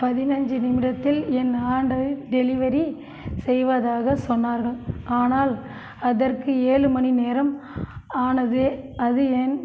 பதினஞ்சு நிமிடத்தில் என் ஆர்டரை டெலிவரி செய்வதாகச் சொன்னார்கள் ஆனால் அதற்கு ஏழு மணிநேரம் ஆனதே அது ஏன்